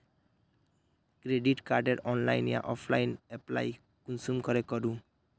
Credit कार्डेर online या offline apply कुंसम करे करूम?